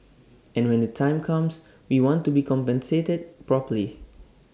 and when the time comes we want to be compensated properly